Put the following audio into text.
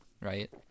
right